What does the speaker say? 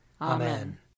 Amen